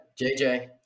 JJ